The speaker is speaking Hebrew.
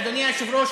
אדוני היושב-ראש,